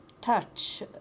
touch